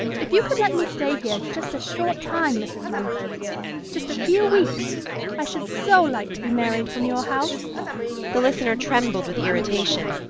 if you could let me stay here just a short time, mrs. mumford just a few weeks i should so like to be married from your house the listener trembled with irritation,